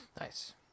Nice